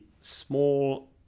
small